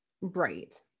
Right